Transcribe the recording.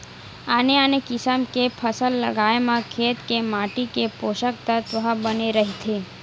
आने आने किसम के फसल लगाए म खेत के माटी के पोसक तत्व ह बने रहिथे